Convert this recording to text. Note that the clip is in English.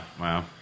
Wow